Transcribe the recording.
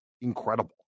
incredible